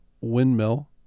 Windmill